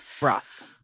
Ross